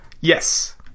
yes